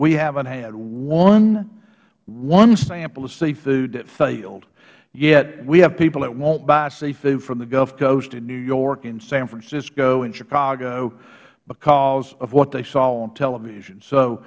we haven't had one one sample of seafood that failed yet we have people that won't buy seafood from the gulf coast in new york and san francisco and chicago because of what they saw on television so